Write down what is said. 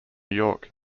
york